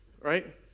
Right